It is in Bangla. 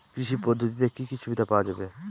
কৃষি পদ্ধতিতে কি কি সুবিধা পাওয়া যাবে?